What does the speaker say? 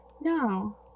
No